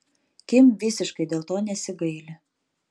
kim visiškai dėl to nesigaili